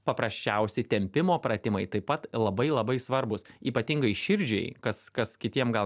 paprasčiausiai tempimo pratimai taip pat labai labai svarbūs ypatingai širdžiai kas kas kitiem gal